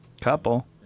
Couple